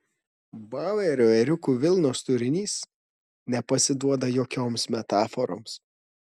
bauerio ėriukų vilnos turinys nepasiduoda jokioms metaforoms